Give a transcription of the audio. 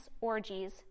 orgies